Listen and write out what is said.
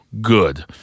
good